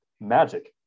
Magic